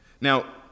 now